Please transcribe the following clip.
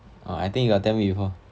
ah I think you got tell me before